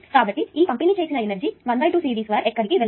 కాబట్టి ఈ పంపిణీ చేసిన ఈ ఎనర్జీ 12CVc2 ఎక్కడికీ వెళ్ళదు